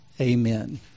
amen